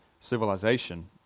civilization